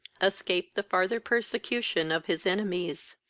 escape the farther persecution of his enemies.